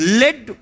led